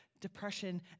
depression